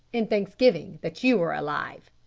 in thanksgiving that you are alive.